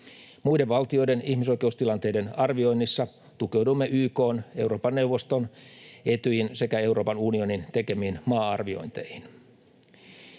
Muiden valtioiden ihmisoikeustilanteiden arvioinnissa tukeudumme YK:n, Euroopan neuvoston, Etyjin sekä Euroopan unionin tekemiin maa-arviointeihin.